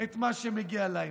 את מה שמגיע להם.